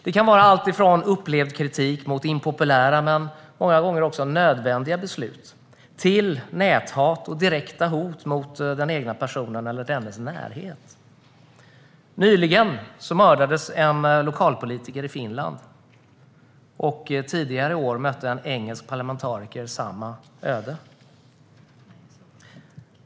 Det kan vara alltifrån upplevd kritik mot impopulära men många gånger nödvändiga beslut till näthat och direkta hot mot den egna personen eller personer i dennes närhet. Nyligen mördades en lokalpolitiker i Finland. Under förra året mötte en engelsk parlamentariker samma öde.